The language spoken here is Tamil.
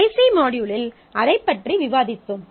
கடைசி மாட்யூலில் அதைப் பற்றி விவாதித்தோம்